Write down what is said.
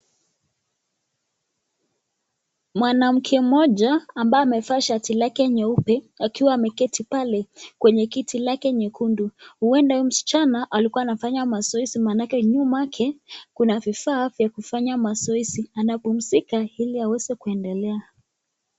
Mwanamke mmoja ambaye amevaa shati lake nyeupe akiwa ameketi pale kwenye kiti lake nyekundu huenda huyu msichana alikuwa anafanya mazoezi maanake nyuma yake kuna vifaa vya kufanya mazoezi na kupumzika ili aweze kuendelea.